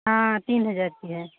हाँ तीन हज़ार की है